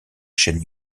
chaînes